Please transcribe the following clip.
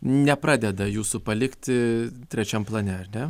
nepradeda jūsų palikti trečiam plane ar ne